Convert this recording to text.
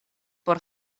por